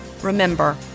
Remember